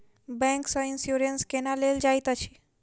bank सँ insurance केना लेल जाइत अछि